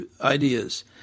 ideas